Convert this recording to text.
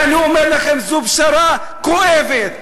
ואני אומר לכם, זו פשרה כואבת.